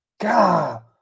God